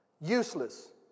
Useless